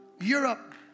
Europe